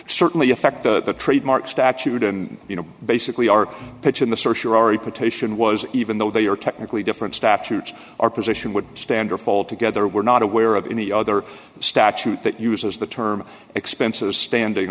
certainly affect the trademark statute and you know basically our pitch in the search you are a petition was even though they are technically different statutes our position would stand or fall together we're not aware of any other statute that uses the term expenses standing